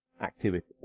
activity